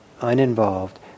uninvolved